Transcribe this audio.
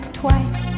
twice